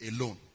alone